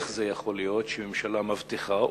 איך זה יכול להיות שממשלה מבטיחה,